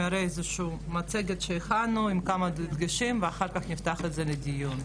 אני אראה איזה שהיא מצגת שהכנו עם כמה דגשים ואחר כך נפתח את זה לדיון.